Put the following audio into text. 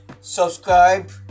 subscribe